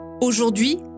Aujourd'hui